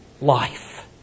life